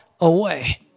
away